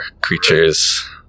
creatures